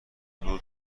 بود